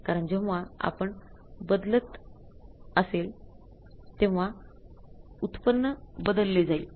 कारण जेव्हा प्रमाण बदलत असेलतेव्हा उत्पन्न बदलले जाईल